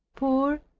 poor,